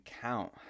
count